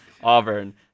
Auburn